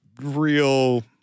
real